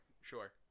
sure